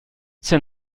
c’est